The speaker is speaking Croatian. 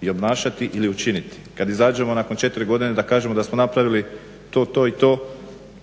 ili obnašati ili učiniti. Kad izađemo nakon četiri godine da kažemo da smo napravili to, to i to